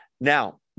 Now